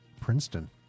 princeton